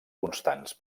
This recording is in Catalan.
constants